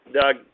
Doug